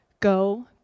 go